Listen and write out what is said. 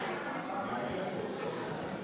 את הצעת חוק הסדרת העיסוק בייצוג על-ידי יועצי מס (תיקון מס'